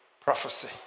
prophecy